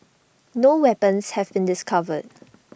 no weapons have been discovered